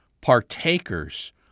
partakers